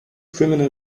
criminal